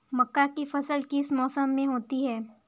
मक्का की फसल किस मौसम में होती है?